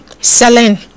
selling